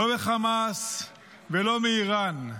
לא מחמאס ולא מאיראן.